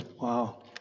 Wow